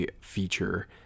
feature